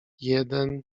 jeden